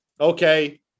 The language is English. okay